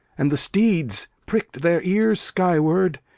and the steeds pricked their ears skyward,